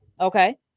Okay